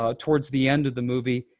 ah towards the end of the movie,